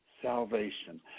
salvation